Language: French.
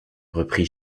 reprit